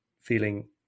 feeling